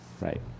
Right